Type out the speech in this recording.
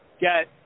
get